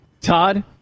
Todd